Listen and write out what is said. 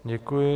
Děkuji.